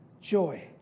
joy